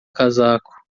casaco